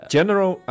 General